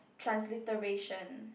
transliteration